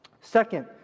Second